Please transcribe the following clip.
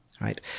right